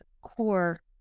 core